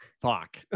fuck